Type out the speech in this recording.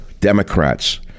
Democrats